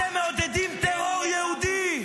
אתם מעודדים טרור יהודי,